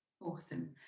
Awesome